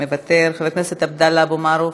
מוותר, חבר הכנסת עבדאללה אבו מערוף,